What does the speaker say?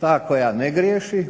ta koja ne griješi,